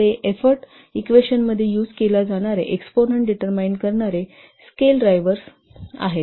ते एफोर्टशील इक्वेशनमध्ये यूज केला जाणारे एक्सपोनंन्ट डिटरमाईन करणारे स्केल ड्रायव्हर्स आहे